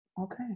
okay